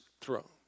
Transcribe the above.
throne